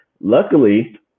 Luckily